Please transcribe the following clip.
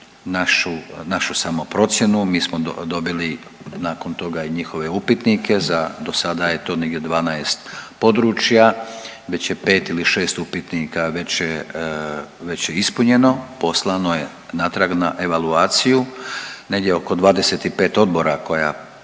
našu samoprocjenu, mi smo dobili nakon toga i njihove upitnike za, dosada je to negdje 12 područja, već je 5 ili 6 upitnika, već je, već je ispunjeno, poslano je natrag na evaluaciju, negdje oko 25 odbora koja